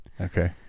okay